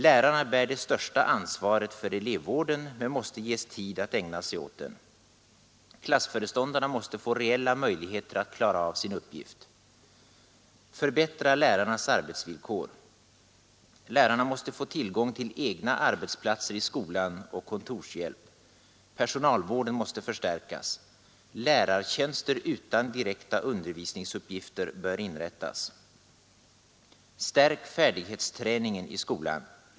Lärarna bär det största ansvaret för elevvården — men måste ges tid att ägna sig åt den. Klassföreståndarna måste få reella möjligheter att klara av sin uppgift. att motverka tristess och vantrivsel i skolarbetet Förbättra lärarnas arbetsvillkor. Lärarna måste få tillgång till egna arbetsplatser i skolan och kontorshjälp. Personalvården måste förstärkas. Lärartjänster utan direkta undervisningsuppgifter bör inrättas.